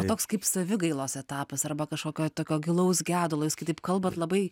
toks kaip savigailos etapas arba kažkokio tokio gilaus gedulo jūs kai taip kalbat labai